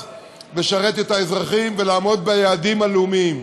לשרת את האזרחים ולעמוד ביעדים הלאומיים.